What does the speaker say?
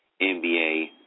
NBA